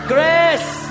Grace